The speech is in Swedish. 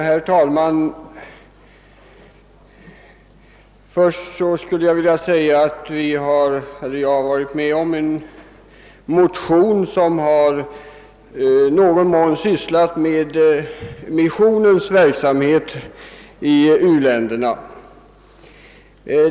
Herr talman! Jag har varit med om att väcka en motion som berör missionens verksamhet i u-länderna.